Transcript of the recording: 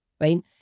right